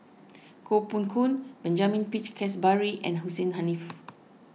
Koh Poh Koon Benjamin Peach Keasberry and Hussein Haniff